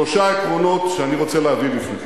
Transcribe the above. שלושה עקרונות שאני רוצה להביא בפניכם,